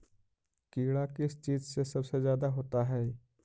कीड़ा किस चीज से सबसे ज्यादा होता है?